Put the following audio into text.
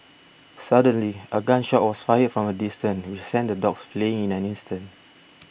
suddenly a gun shot was fired from a distance which sent the dogs fleeing in an instant